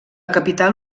capital